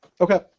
Okay